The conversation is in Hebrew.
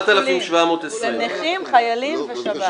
4,720. זה נכים, חיילים ושב"ס.